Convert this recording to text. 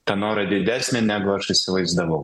tą norą didesnį negu aš įsivaizdavau